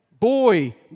boy